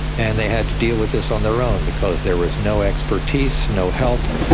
and they had to deal with this on their own because there was no expertise, no help,